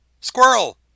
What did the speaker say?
Squirrel